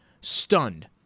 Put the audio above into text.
stunned